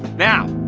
now,